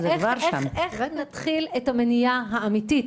איך נתחיל את המניעה האמיתית?